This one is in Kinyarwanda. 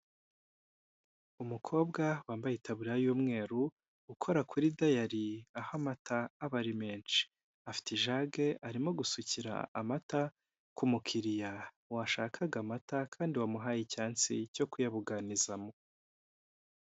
Umukobwa wambaye itaburiya y'umweru, ukora kuri dayari aho amata aba ari menshi. Afite ijage, arimo gusukira amata ku mukiriya washakaga amata kandi bamuhaye icyansi cyo kuyabuganizamo.